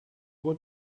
want